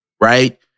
right